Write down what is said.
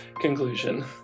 conclusion